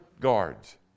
guards